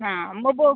ହଁ ମୋ ବୋଉ